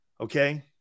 Okay